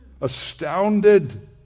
astounded